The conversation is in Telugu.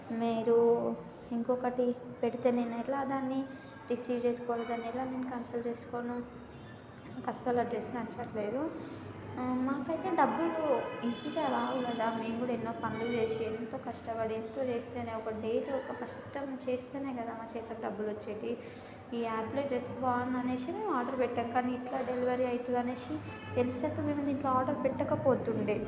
మీరు ఇంకొకటి పెడితే నేను ఎట్లా దాన్ని రిసీవ్ చేసుకోవాలి దాని ఎలా కన్సిడర్ చేసుకోను నాకు అసలు ఆ డ్రెస్ నచ్చట్లేదు మాకు అయితే డబ్బులు ఈజీగా రావు కదా నేను కూడా ఎన్నో పనులు చేసి ఎంతో కష్టపడి ఎంతో చేస్తే ఒక డేకి ఒక కష్టం చేస్తేనే కదా మన చేతిలో డబ్బులు వచ్చేది ఈ యాప్లో ఈ డ్రెస్ బాగుంది అనేసి నేను ఆర్డర్ పెట్టిన కానీ ఇట్లా డెలివరీ అవుతుంది అని తెలిస్తే అసలు మేము దీంట్లో ఆర్డర్ పెట్టకపోతుండే